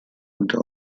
unter